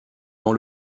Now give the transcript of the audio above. dans